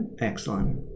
Excellent